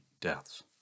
deaths